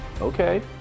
okay